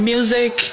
Music